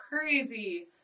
crazy